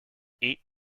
eight